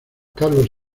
carlos